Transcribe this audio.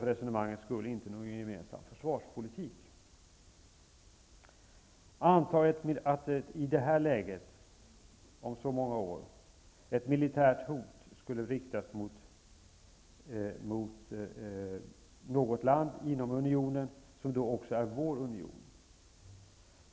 För resonemangets skull antar jag att någon gemensam försvarspolitik inte förekommer. Antag att ett militärt hot då skulle riktas mot något land inom Unionen, som också är vår union.